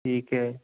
ठीक है